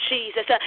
Jesus